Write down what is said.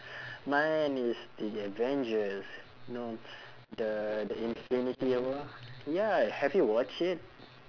mine is the avengers you know the the infinity war ya have you watch it